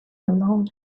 alone